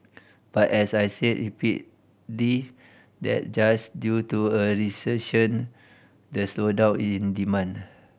but as I said repeatedly that just due to a recession the slowdown in demand